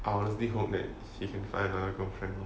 I honestly hope that he can find another girlfriend lor